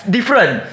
Different